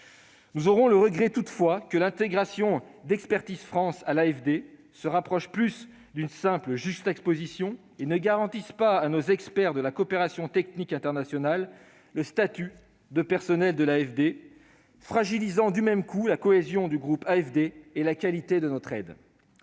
Nous aurons le regret, toutefois, que l'intégration d'Expertise France à l'AFD se rapproche d'une simple juxtaposition et ne garantisse pas à nos experts de la coopération technique internationale le statut des personnels de l'AFD, fragilisant du même coup la cohésion du groupe AFD et la qualité de notre aide.